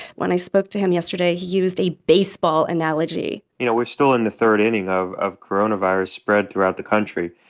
when i spoke to him yesterday, he used a baseball analogy you know, we're still in the third inning of of coronavirus spread throughout the country.